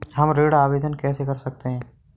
हम ऋण आवेदन कैसे कर सकते हैं?